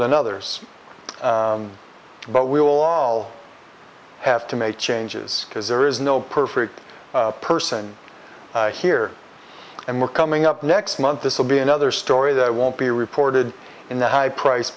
than others but we will all have to make changes because there is no perfect person here and we're coming up next month this will be another story that won't be reported in the high price